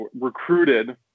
recruited